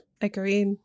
Agreed